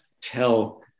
tell